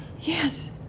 yes